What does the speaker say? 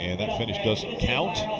it doesn't count.